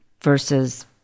versus